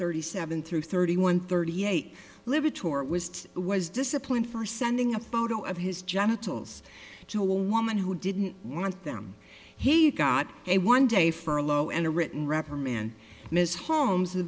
thirty seven through thirty one thirty eight liver tour was was disciplined for sending a photo of his genitals to a woman who didn't want them he got a one day furlough and a written reprimand miss holmes the